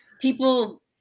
People